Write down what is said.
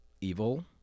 evil